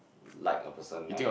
like a personal~